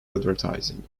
advertising